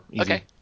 okay